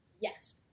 Yes